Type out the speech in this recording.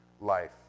life